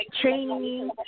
training